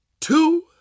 two